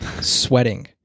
sweating